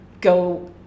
go